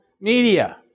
media